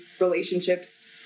relationships